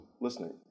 listening